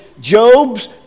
Job's